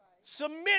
Submit